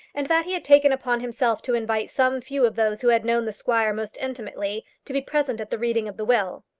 and that he had taken upon himself to invite some few of those who had known the squire most intimately, to be present at the reading of the will.